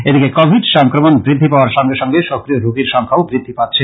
এদিকে কোভিড সংক্রমন বৃদ্ধি পাওয়ার সঙ্গ সঙ্গে সক্রীয় রোগীর সংখ্যাও বৃদ্ধি পাচ্ছে